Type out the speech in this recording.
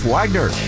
Wagner